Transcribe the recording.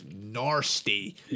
nasty